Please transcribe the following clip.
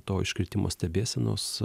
to iškritimo stebėsenos